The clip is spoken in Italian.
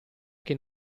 che